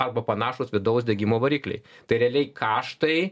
arba panašūs vidaus degimo varikliai tai realiai kaštai